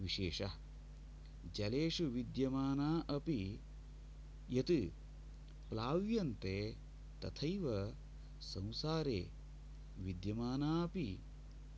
विशेषः जलेषु विद्यमाना अपि यत् प्लाव्यन्ते तथैव संसारे विद्यमानापि